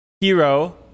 hero